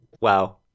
Wow